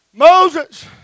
Moses